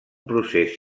procés